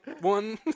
one